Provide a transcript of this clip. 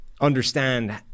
understand